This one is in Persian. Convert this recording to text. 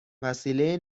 وسیله